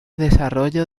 desarrollo